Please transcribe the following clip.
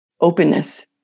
openness